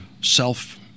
self –